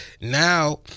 Now